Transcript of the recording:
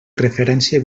referència